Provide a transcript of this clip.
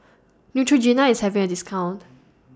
Neutrogena IS having A discount